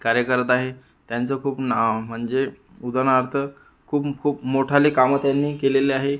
कार्य करत आहे त्यांचं खूप नाव म्हणजे उदरणार्थ खूप खूप मोठाले कामं त्यांनी केलेले आहे